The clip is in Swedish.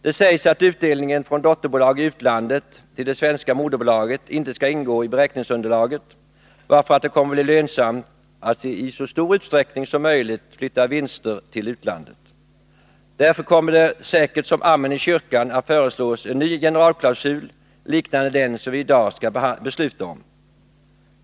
Det sägs att utdelningen från dotterbolag i utlandet till det svenska moderbolaget inte skall ingå i beräkningsunderlaget. Det kommer då att bli lönsamt att i så stor utsträckning som möjligt flytta vinster till utlandet. Därför kommer det säkert som amen i kyrkan att föreslås en ny generalklausul liknande den som vi i dag skall besluta om.